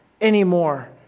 anymore